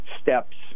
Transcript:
steps